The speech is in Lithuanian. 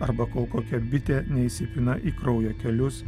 arba kol kokia bitė neįsipina į kraujo kelius